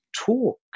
talk